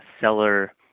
seller